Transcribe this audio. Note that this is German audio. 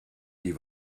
die